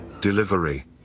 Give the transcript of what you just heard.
Delivery